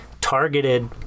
targeted